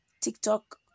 TikTok